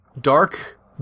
dark